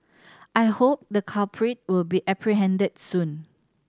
I hope the culprit will be apprehended soon